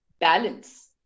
balance